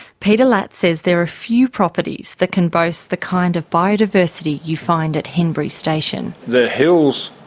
peter latz says there are few properties that can boast the kind of biodiversity you find at henbury station. the hills